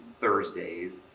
Thursdays